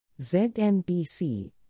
ZNBC